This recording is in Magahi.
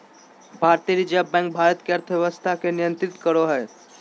भारतीय रिज़र्व बैक भारत के अर्थव्यवस्था के नियन्त्रित करो हइ